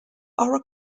are